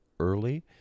early